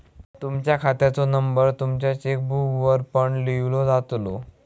तुमच्या खात्याचो नंबर तुमच्या चेकबुकवर पण लिव्हलो जातलो